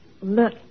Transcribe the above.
look